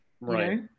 right